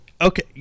Okay